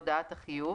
הודעת החיוב),